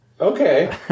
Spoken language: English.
Okay